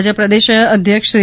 ભાજપ પ્રદેશ અધ્યક્ષ સી